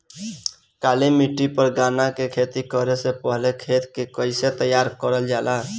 काली मिट्टी पर गन्ना के खेती करे से पहले खेत के कइसे तैयार करल जाला?